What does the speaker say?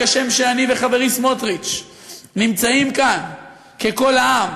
כשם שאני וחברי סמוטריץ נמצאים כאן כקול העם